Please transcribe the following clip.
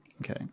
Okay